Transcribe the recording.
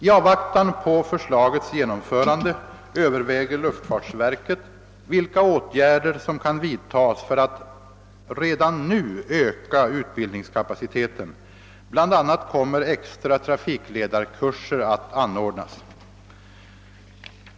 I avvaktan på förslagets genomförande överväger luftfartsverket vilka åtgärder som kan vidtas för att redan nu öka utbildningskapaciteten. Bl. a. kommer extra trafikledarkurser att anordnas.